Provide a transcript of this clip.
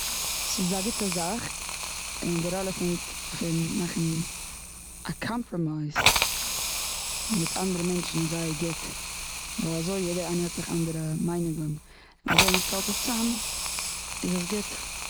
ס'איז א גוטע זאך. און די ראלע פון ק- פון מאכן א קאמפראמייז מיט אנדערע מענטשן איז זייער גוט. ווייל אזוי יעדער איינער האט זיך זייער מיינונגען אזוי מ'שטעלט עס צוזאם איז עס גוט.